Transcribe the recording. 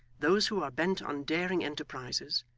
those who are bent on daring enterprises,